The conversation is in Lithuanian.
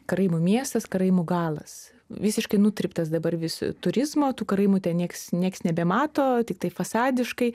karaimų miestas karaimų galas visiškai nutryptas dabar vis turizmo tų karaimų ten nieks nieks nebemato tiktai fasadiškai